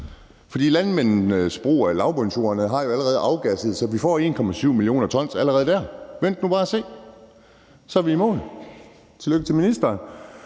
for landmændenes brug af lavbundsjorderne har jo allerede betydet, at de er afgasset, så vi får 1,7 mio. t allerede der. Vent nu bare og se, og så er vi i mål. Tillykke til ministeren.